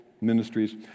ministries